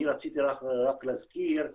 אני רציתי רק להזכיר את